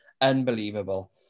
Unbelievable